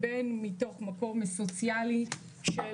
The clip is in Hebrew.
או מתוך מניע סוציאלי של